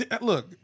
Look